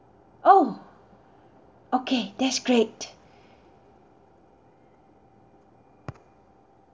oh okay that's great